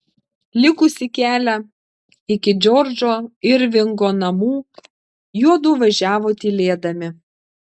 likusį kelią iki džordžo irvingo namų juodu važiavo tylėdami